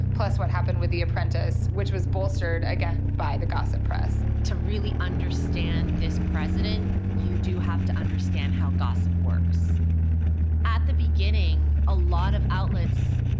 plus what happened with the apprentice, which was bolstered again by the gossip press. to really understand this president, you do have to understand how gossip works. like at the beginning a lot of outlets!